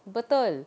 betul